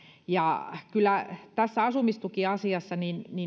kyllä tässä asumistukiasiassa